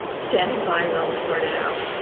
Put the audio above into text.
standing by while we sort it out.